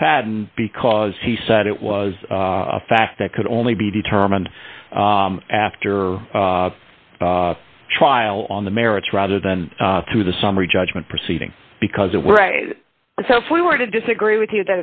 mcfadden because he said it was a fact that could only be determined after a trial on the merits rather than through the summary judgment proceeding because it were so if we were to disagree with you